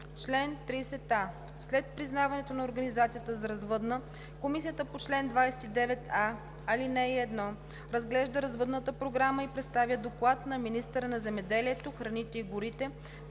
„Чл. 30а. След признаването на организацията за развъдна комисията по чл. 29а, ал. 1 разглежда развъдната програма и представя доклад на министъра на земеделието, храните и горите